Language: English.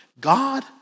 God